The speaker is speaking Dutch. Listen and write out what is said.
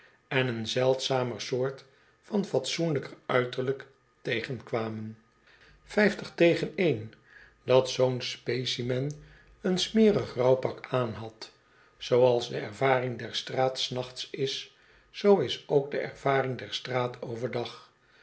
en een zeldzamer soort van fatsoenlijker uiterlijk tegenkwamen vijftig tegen één dat zoo'n specimen een smerig rouwpak aanhad zooals de ervaring der straat s nachts is zoo is ook de ervaring der straat over